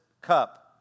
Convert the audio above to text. cup